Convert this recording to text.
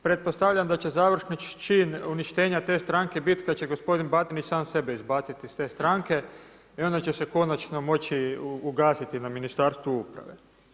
Pretpostavljam da će završni čin uništenja te stranke biti kad će gospodin Batinić sam sebe izbaci iz te stranke i onda će se konačno moći ugasiti na Ministarstvu uprave.